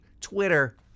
Twitter